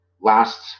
lasts